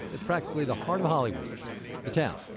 it's practically the heart of hollywood the town,